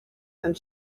and